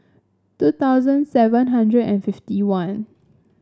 two thousand seven hundred and fifty one